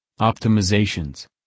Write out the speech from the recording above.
optimizations